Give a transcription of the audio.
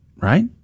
right